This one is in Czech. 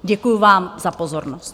Děkuji vám za pozornost.